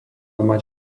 mať